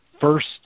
first